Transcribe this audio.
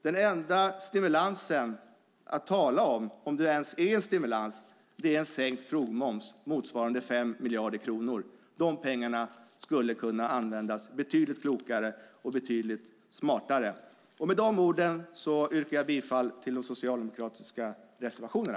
Den enda stimulansen att tala om, om det ens är en stimulans, är en sänkt krogmoms motsvarande 5 miljarder kronor. De pengarna skulle kunna användas betydligt klokare och betydligt smartare. Med de orden yrkar jag bifall till de socialdemokratiska reservationerna.